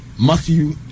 Matthew